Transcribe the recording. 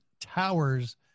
towers